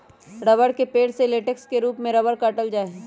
रबड़ के पेड़ से लेटेक्स के रूप में रबड़ काटल जा हई